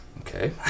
Okay